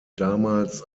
damals